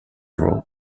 rose